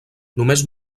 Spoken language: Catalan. només